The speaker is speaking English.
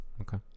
okay